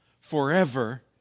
forever